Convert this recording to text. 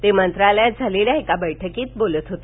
ते मंत्रालयात झालेल्या बैठकीत बोलत होते